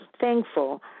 thankful